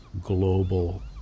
global